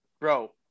Bro